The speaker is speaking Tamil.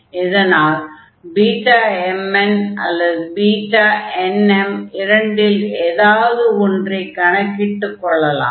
இதனால் Bmn அல்லது Bnm இரண்டில் எதாவது ஒன்றைக் கணக்கிட்டுக் கொள்ளலாம்